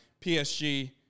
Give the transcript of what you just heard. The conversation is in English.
PSG